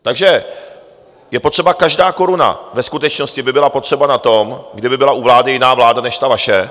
Takže je potřeba každá koruna, ve skutečnosti by byla potřeba na to, kdyby byla u vlády jiná vláda než ta vaše.